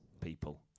people